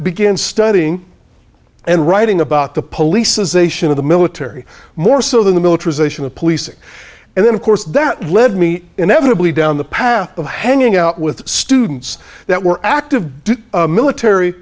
began studying and writing about the police ization of the military more so than the militarization of policing and then of course that led me inevitably down the path of hanging out with students that were active duty military